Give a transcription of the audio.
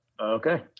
okay